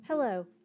Hello